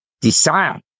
desire